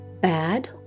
Bad